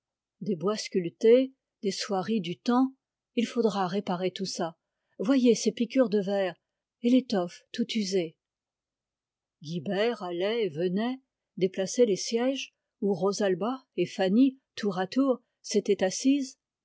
des bois sculptés des soieries il faudra réparer tout ça voyez ces piqûres de vers et l'étoffe toute usée guilbert allait et venait déplaçait les sièges où rosalba et fanny s'étaient assises